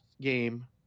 game